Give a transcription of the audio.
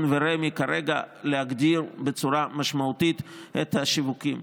ורמ"י כרגע להגביר בצורה משמעותית את השיווקים.